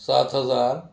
سات ہزار